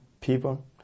people